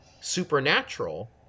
supernatural